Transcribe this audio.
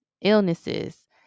illnesses